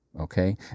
Okay